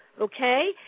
okay